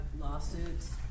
lawsuits